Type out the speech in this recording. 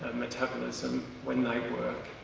metabolism when they work.